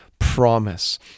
promise